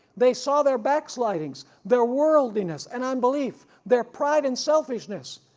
they saw their backslidings, their worldliness and unbelief, their pride and selfishness.